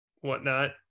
whatnot